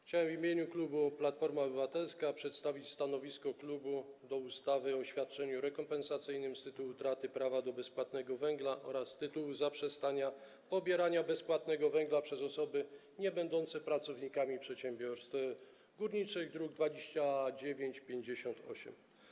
Chciałem w imieniu klubu Platforma Obywatelska przedstawić stanowisko klubu co do ustawy o świadczeniu rekompensacyjnym z tytułu utraty prawa do bezpłatnego węgla oraz z tytułu zaprzestania pobierania bezpłatnego węgla przez osoby niebędące pracownikami przedsiębiorstw górniczych, druk nr 2958.